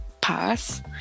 pass